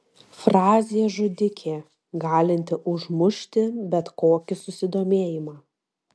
frazė žudikė galinti užmušti bet kokį susidomėjimą